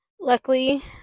Luckily